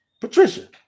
Patricia